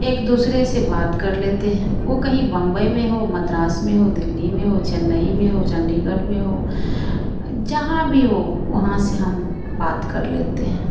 एक दूसरे से बात कर लेते हैं वे कहीं बंबई में हो मद्रास में हो दिल्ली में हो चेन्नई में हो चंडीगड़ में हो जहाँ भी हो वहाँ से हम बात कर लेते हैं